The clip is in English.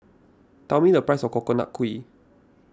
tell me the price of Coconut Kuih